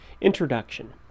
Introduction